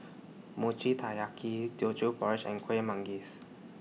Mochi Taiyaki Teochew Porridge and Kuih Manggis